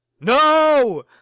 No